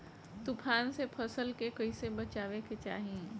तुफान से फसल के कइसे बचावे के चाहीं?